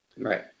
Right